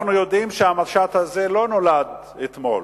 אנחנו יודעים שהמשט הזה לא נולד אתמול,